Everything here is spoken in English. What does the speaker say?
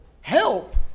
help